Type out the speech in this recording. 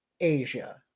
Asia